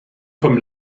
vom